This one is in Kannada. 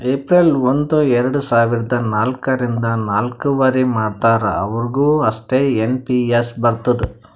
ಏಪ್ರಿಲ್ ಒಂದು ಎರಡ ಸಾವಿರದ ನಾಲ್ಕ ರಿಂದ್ ನವ್ಕರಿ ಮಾಡ್ತಾರ ಅವ್ರಿಗ್ ಅಷ್ಟೇ ಎನ್ ಪಿ ಎಸ್ ಬರ್ತುದ್